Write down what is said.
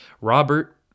Robert